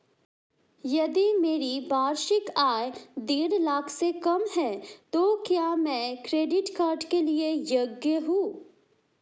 यदि मेरी वार्षिक आय देढ़ लाख से कम है तो क्या मैं क्रेडिट कार्ड के लिए योग्य हूँ?